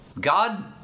God